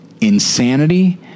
insanity